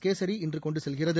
கேசி இன்று கொண்டு சென்றது